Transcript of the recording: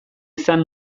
izan